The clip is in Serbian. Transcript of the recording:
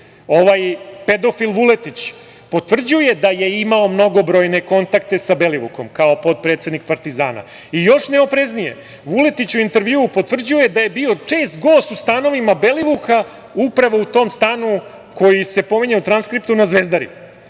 ovaj pedofil Vuletić potvrđuje da je imao mnogobrojne kontakte sa Belivukom, kao potpredsednik Partizana. I još neopreznije, Vuleltić u intervju potvrđuje da je bio čest gost u stanovima Belivuka, upravo u tom stanu koji se pominje u transkriptu na Zvezdari,